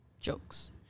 Jokes